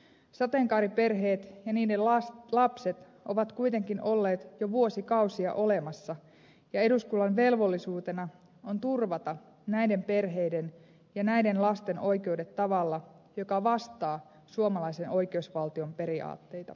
sateenkaariperheet ja niiden lapset ovat kuitenkin olleet jo vuosikausia olemassa ja eduskunnan velvollisuutena on turvata näiden perheiden ja näiden lasten oikeudet tavalla joka vastaa suomalaisen oikeusvaltion periaatteita